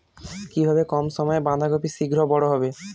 কিভাবে কম সময়ে বাঁধাকপি শিঘ্র বড় হবে?